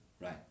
right